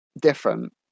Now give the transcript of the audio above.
different